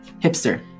Hipster